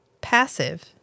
passive